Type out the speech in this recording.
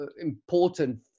important